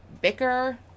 bicker